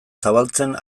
zabaltzen